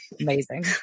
Amazing